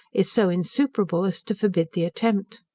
is so insuperable as to forbid the attempt.